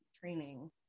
training